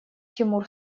тимур